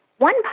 One